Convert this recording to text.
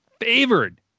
favored